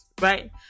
right